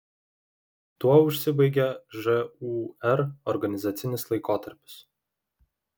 tuo užsibaigė žūr organizacinis laikotarpis